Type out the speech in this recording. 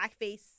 blackface